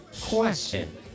Question